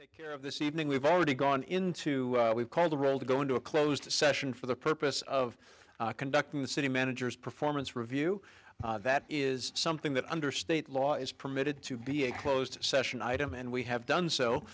take care of this evening we've already gone into we've called to really go into a closed session for the purpose of conducting the city managers performance review that is something that under state law is permitted to be a closed session item and we have done so